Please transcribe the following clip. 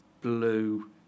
Blue